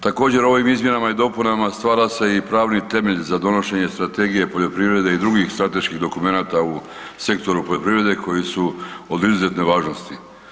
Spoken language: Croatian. Također ovim izmjenama i dopunama stvara se i pravni temelj za donošenje strategije poljoprivrede i drugih strateških dokumenata u sektoru poljoprivrede koji su od izuzetne važnosti.